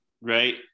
right